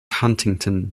huntington